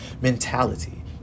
mentality